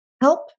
help